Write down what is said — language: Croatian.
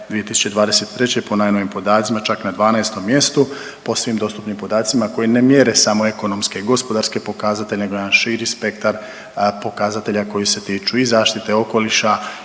2023. po najnovijim podacima čak na 12 mjestu po svim dostupnim podacima koji ne mjere samo ekonomske i gospodarske pokazatelje, nego jedan širi spektar pokazatelja koji se tiču i zaštite okoliša